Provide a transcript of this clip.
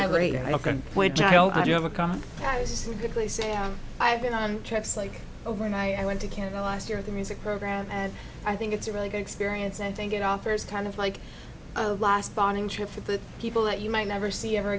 and i've been on trips like overnight i went to canada last year the music program and i think it's a really good experience and think it offers kind of like a last bonding trip for the people that you might never see ever